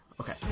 Okay